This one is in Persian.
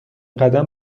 قدم